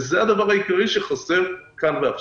זה הדבר העיקרי שחסר כאן ועכשיו.